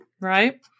Right